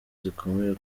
zikomeye